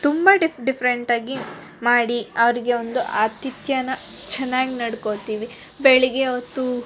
ತುಂಬ ಡಿಫ್ ಡಿಪ್ರೆಂಟಾಗಿ ಮಾಡಿ ಅವರಿಗೆ ಒಂದು ಆತಿಥ್ಯನ ಚೆನ್ನಾಗಿ ನಡ್ಕೊತೀವಿ ಬೆಳಗ್ಗೆ ಹೊತ್ತು